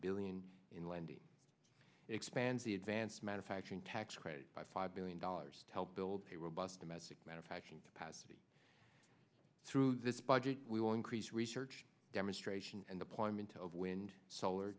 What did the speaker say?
billion in lending expands the advanced manufacturing tax credit by five billion dollars to help build a robust domestic manufacturing capacity through this budget we will increase research demonstration and deployment of wind solar